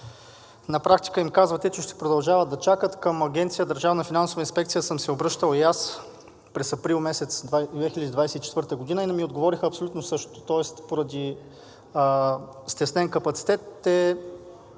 На практика им казвате, че ще продължават да чакат. Към Агенция „Държавна финансова инспекция“ съм се обръщал и аз през април месец 2024 г. и ми отговориха абсолютно същото. Тоест поради стеснен капацитет те